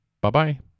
Bye-bye